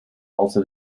also